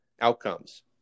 outcomes